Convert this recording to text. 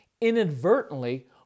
inadvertently